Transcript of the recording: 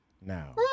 now